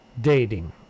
dating